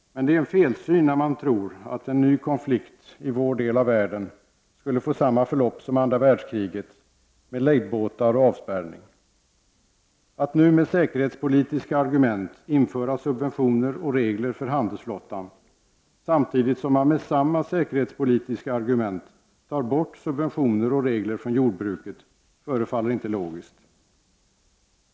Det är en felsyn när man tror att en ny konflikt i vår del av världen skulle få samma förlopp som andra världskriget, med lejdbåtar och avspärrning. Att nu med säkerhetspolitiska argument införa subventioner och regler för handelsflottan samtidigt som man med samma säkerhetspolitiska argument tar bort subventioner och regler från jordbruket förefaller inte logiskt.